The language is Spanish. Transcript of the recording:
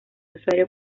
usuario